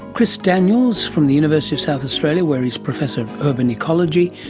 chris daniels from the university of south australia where he's professor of urban ecology,